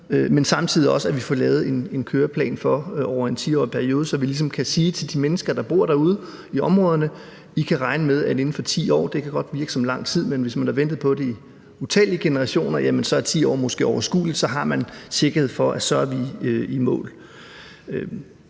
men samtidig også at få lavet en køreplan for en 10-årig periode, så vi ligesom kan sige til de mennesker, der bor derude i områderne, at de kan regne med, at de inden for 10 år – og det kan godt virke som lang tid, men hvis man har ventet på det i utallige generationer, er 10 år måske overskueligt – har sikkerhed for, at vi så er i mål.